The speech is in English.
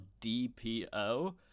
DPO